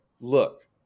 look